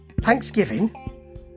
Thanksgiving